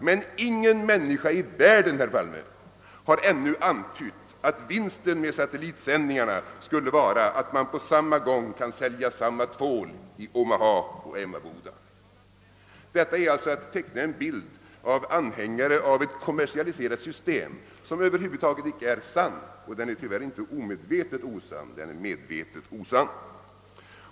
Men ingen människa i världen, herr Palme, har ännu antytt att vinsten med satellitsändningarna skulle vara att man på samma gång kan sälja samma tvål i Omaha och Emmaboda. Detta är alltså att teckna en bild av anhängarna till ett kommersialiserat system, vilken över huvud taget icke är sann. Den är tyvärr icke omedvetet osann — den är medvetet osann.